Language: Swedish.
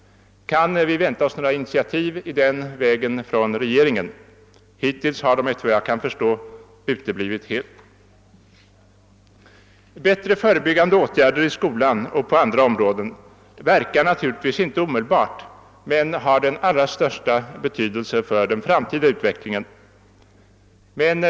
Kan vi vänta oss några initiativ i denna riktning från regeringspartiet? Hittills har de såvitt jag kan se helt uteblivit. Bättre förebyggande åtgärder i skolan och på andra områden verkar naturligtvis inte omedelbart men har den allra största betydelsen för den framtida utvecklingen.